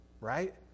right